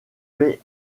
fait